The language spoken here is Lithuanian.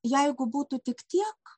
jeigu būtų tik tiek